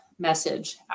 message